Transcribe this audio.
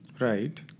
Right